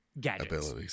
gadgets